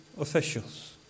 officials